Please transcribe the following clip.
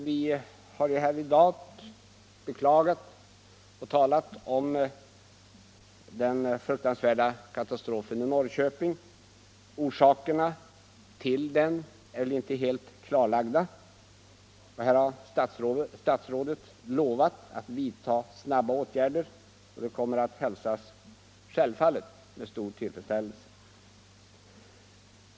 Vi har ju i dag talat om och beklagat den fruktansvärda katastrofen i Norrköping. Orsakerna till den är väl inte helt klarlagda. Statsrådet har lovat att vidta snabba åtgärder vilket självfallet hälsas med stor tillfredsställelse.